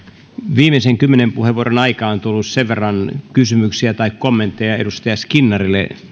viimeisen kymmenen puheenvuoron aikaan on tullut sen verran kysymyksiä tai kommentteja edustaja skinnarille että